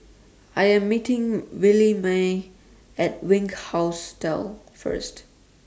I Am meeting Williemae At Wink Hostel First